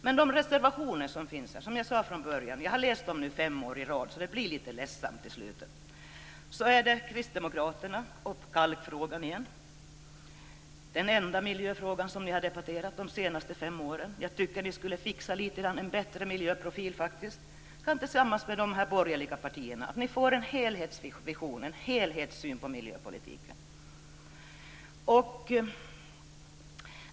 Som jag sade i början har jag läst de reservationer som finns fem år i rad, så det blir lite ledsamt till slut. Kristdemokraterna tar upp kalkfrågan igen. Det är den enda miljöfråga som ni debatterat de senaste fem åren. Jag tycker att ni skulle kunna fixa en bättre miljöprofil, kanske tillsammans med de övriga borgerliga partierna. Då får vi en helhetsvision och en helhetssyn på miljöpolitiken.